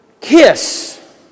kiss